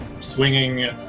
swinging